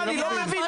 אני לא מבין.